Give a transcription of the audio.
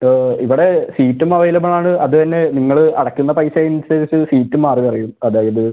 ഇവിടെ സീറ്റും അവൈലബിളാണ് അത് തന്നെ നിങ്ങൾ അടക്കുന്ന പൈസ അനുസരിച്ച് സീറ്റ് മാറി മറിയും അതായത്